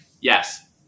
yes